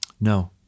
No